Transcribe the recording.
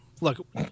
look